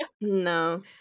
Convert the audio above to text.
No